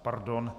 Pardon.